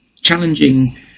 challenging